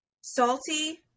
salty